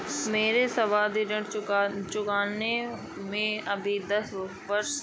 मेरे सावधि ऋण चुकता होने में अभी दस वर्ष शेष है